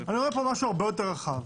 אני רואה פה משהו הרבה יותר רחב,